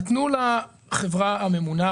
נתנו לחברה הממונה,